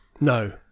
No